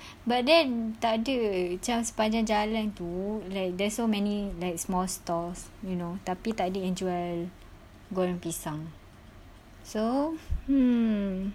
but then takda macam sepanjang jalan tu like there's so many like small stores you know tapi takda yang jual goreng pisang so hmm